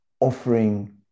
offering